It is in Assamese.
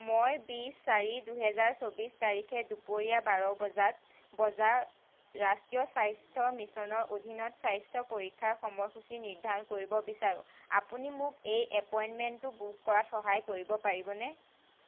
মই বিচ চাৰি দুহেজাৰ চৌবিচ তাৰিখে দুপৰীয়া বাৰ বজাত বজাৰ ৰাষ্ট্ৰীয় স্বাস্থ্য মিছনৰ অধীনত স্বাস্থ্য পৰীক্ষাৰ সময়সূচী নিৰ্ধাৰণ কৰিব বিচাৰোঁ আপুনি মোক এই এপইণ্টমেণ্টটো বুক কৰাত সহায় কৰিব পাৰিবনে